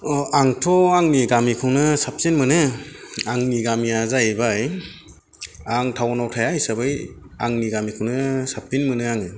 अ आंथ' आंनि गामिखौनो साबसिन मोनो आंनि गामिया जाहैबाय आं टाउनाव थाया हिसाबै आंनि गामिखौनो साबसिन मोनो आङो